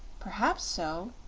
perhaps so,